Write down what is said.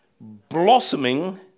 blossoming